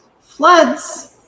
floods